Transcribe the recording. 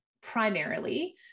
primarily